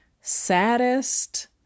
saddest